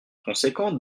conséquent